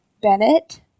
Bennett